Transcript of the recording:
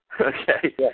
okay